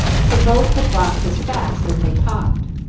for both had walked as fast as they talked.